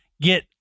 get